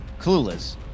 Clueless